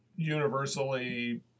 universally